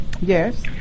Yes